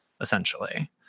essentially